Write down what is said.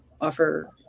offer